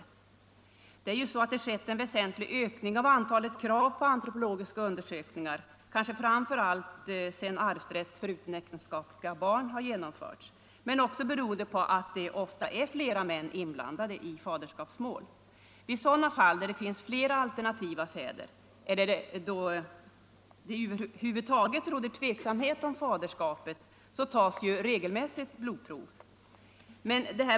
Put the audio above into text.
Förhållandet är att det har skett en väsentlig ökning av antalet krav på antropologiska undersökningar, kanske framför allt sedan arvsrätt för utomäktenskapliga barn genomfördes men också beroende på att det ofta är flera män inblandade i faderskapsmål. I sådan fall där det finns flera alternativa fäder eller då det över huvud taget råder tveksamhet om faderskapet tas regelmässigt blodprov.